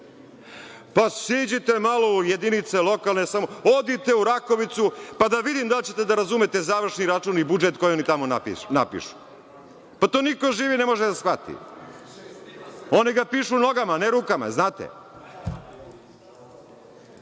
Siđite malo u jedinice lokalne samouprave, otiđite u Rakovicu, pa da vidim da li ćete da razumete završni račun i budžet koji oni tamo napišu. Pa, to niko živi ne može da shvati. Oni ga pišu nogama, a ne rukama.